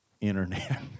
internet